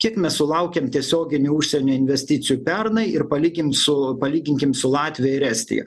kiek mes sulaukėm tiesioginių užsienio investicijų pernai ir palikim su palyginkim su latvija ir estija